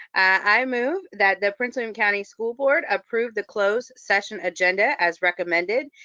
i move that the prince william county school board approve the closed session agenda as recommended,